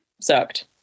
sucked